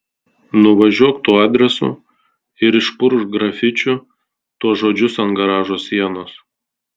nuvažiuok tuo adresu ir išpurkšk grafičiu tuos žodžius ant garažo sienos